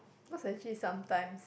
cause actually sometimes